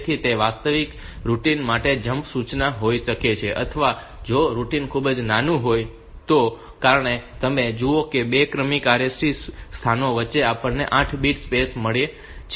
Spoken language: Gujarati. તેથી તે વાસ્તવિક રૂટિન માટે જમ્પ સૂચના હોઈ શકે છે અથવા જો રૂટિન ખૂબ જ નાનું હોય તો કારણ કે તમે જુઓ કે બે ક્રમિક RST સ્થાનો વચ્ચે આપણને 8 બાઈટ સ્પેસ મળી છે